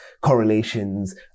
correlations